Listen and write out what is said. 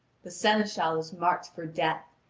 the seneschal is marked for death,